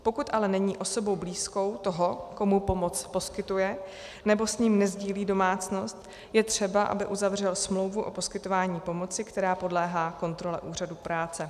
Pokud ale není osobou blízkou toho, komu pomoc poskytuje, nebo s ním nesdílí společnou domácnost, je třeba, aby uzavřel smlouvu o poskytování pomoci, která podléhá kontrole úřadu práce.